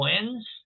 twins